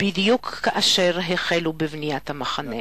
בדיוק כאשר החלו בבניית המחנה.